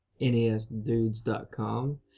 nesdudes.com